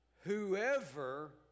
whoever